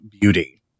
beauty